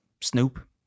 Snoop